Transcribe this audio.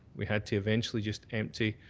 we had to eventually just empty,